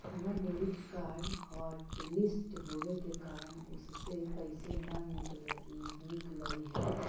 हमर debit card hotlist होवे के कारण उससे पैसे न निकलई हे